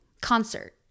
concert